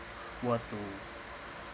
were to